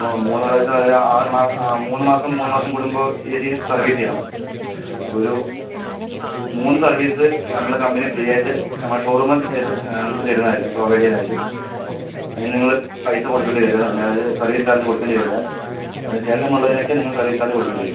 മൂന്ന് പ്രാവശ്യം അത് ആറ് മാസം ആ മൂന്ന് മാസം മൂന്ന് മാസം കൂടുമ്പോൾ ഏ സി സർവീസ് ചെയ്യണം അപ്പൊരു മൂന്ന് സർവീസ് നമ്മള് കമ്പനി ഫ്രീ ആയിട്ട് നമ്മള് ഷോറൂമ്ന്ന് നിങ്ങൾക്ക് നേരിട്ട് നിങ്ങൾക്ക് തരുന്നതായിരിക്കും പ്രൊവൈഡ് ചെയ്യുന്നതായിരിക്കും അതിന് നിങ്ങള് പൈസ കൊടുക്കണ്ടി വരില്ല നിങ്ങളത് സർവീസ് ചാർജ് കൊടുക്കേണ്ടി വരില്ലാ അതിനു ശേഷം ഉള്ളതിനൊക്കെ നിങ്ങള് സെർവീസ് ചാർജ് കൊടുക്കണ്ടിവരും